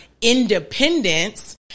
independence